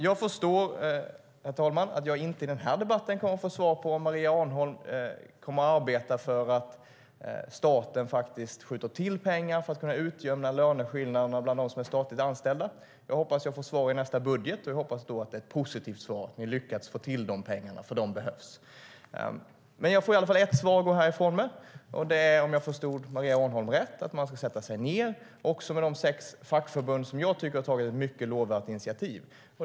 Jag förstår, herr talman, att jag inte i den här debatten kommer att få svar på om Maria Arnholm kommer att arbeta för att staten faktiskt ska skjuta till pengar för att kunna utjämna löneskillnaderna bland dem som är statligt anställda. Jag hoppas att jag får svar i nästa budget. Och jag hoppas då att det är ett positivt svar, att ni lyckas få till de pengarna, för de behövs. Men jag får i alla fall ett svar att gå härifrån med. Och det är, om jag förstod Maria Arnholm rätt, att man ska sätta sig ned också med de sex fackförbund som jag tycker har tagit ett mycket lovvärt initiativ.